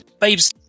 Babes